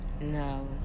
No